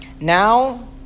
Now